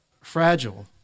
fragile